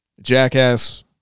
Jackass